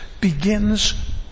begins